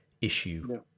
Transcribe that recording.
issue